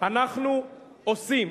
אנחנו עושים.